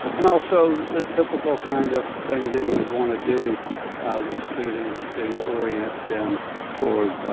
and also the typical kind of things that you would want to do with students to orient them toward